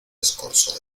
escorzo